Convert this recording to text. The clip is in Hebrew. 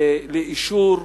לאישור.